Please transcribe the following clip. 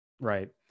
Right